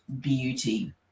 beauty